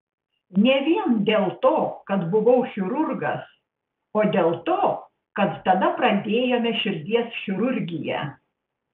ne vien dėl to kad buvau chirurgas o dėl to kad tada pradėjome širdies chirurgiją